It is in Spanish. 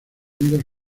unidos